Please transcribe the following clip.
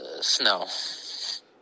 Snow